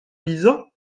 lizo